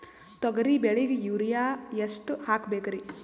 ತೊಗರಿ ಬೆಳಿಗ ಯೂರಿಯಎಷ್ಟು ಹಾಕಬೇಕರಿ?